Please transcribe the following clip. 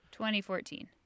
2014